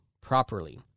properly